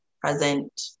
present